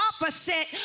opposite